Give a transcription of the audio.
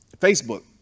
Facebook